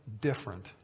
different